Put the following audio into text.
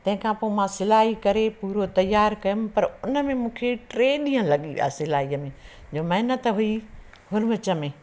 तंहिंखां पोइ मां सिलाई करे पूरो तयारु कयमि पर उन में मूंखे टे ॾींहं लॻी विया सिलाईअ में जो महिनत हुई हुरवूच में